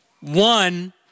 one